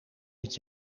het